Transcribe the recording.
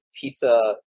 pizza